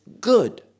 good